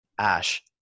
Ash